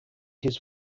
his